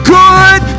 good